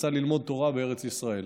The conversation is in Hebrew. רצה ללמוד תורה בארץ ישראל.